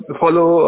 follow